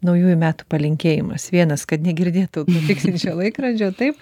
naujųjų metų palinkėjimas vienas kad negirdėtų tiksinčio laikrodžio taip